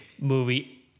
movie